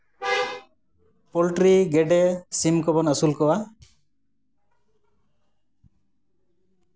poultry ᱜᱮᱰᱮ ᱥᱤᱢ ᱠᱚᱵᱚᱱ ᱟᱹᱥᱩᱞ ᱠᱚᱣᱟ